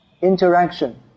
interaction